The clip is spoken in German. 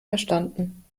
verstanden